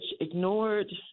ignored